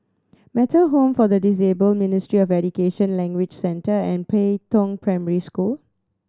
Metta Home for the Disabled Ministry of Education Language Centre and Pei Tong Primary School